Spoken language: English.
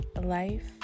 life